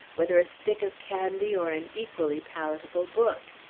whether a stick of candy or an equally palatable book.